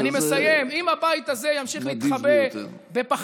שזה נדיב ביותר.